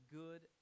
good